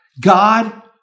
God